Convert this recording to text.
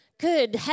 Good